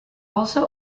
also